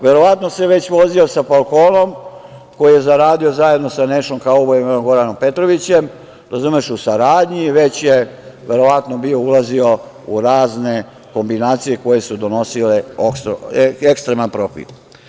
Verovatno se već vozio sa „Falkonom“ koji je zaradio zajedno sa Nešom kaubojem, Goranom Petrovićem, u saradnji, već je verovatno bio ulazio u razne kombinacije koje su donosile ekstreman profit.